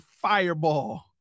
fireball